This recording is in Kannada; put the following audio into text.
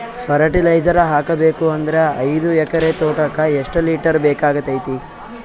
ಫರಟಿಲೈಜರ ಹಾಕಬೇಕು ಅಂದ್ರ ಐದು ಎಕರೆ ತೋಟಕ ಎಷ್ಟ ಲೀಟರ್ ಬೇಕಾಗತೈತಿ?